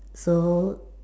so